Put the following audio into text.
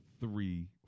three